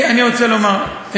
אני רוצה לומר,